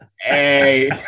Hey